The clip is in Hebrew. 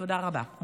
תודה רבה.